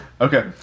Okay